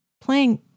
playing